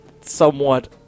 somewhat